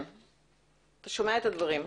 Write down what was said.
אתה שומע את הדברים.